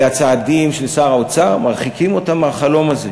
והצעדים של שר האוצר מרחיקים אותם מהחלום הזה,